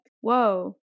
whoa